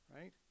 right